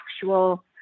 actual